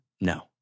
no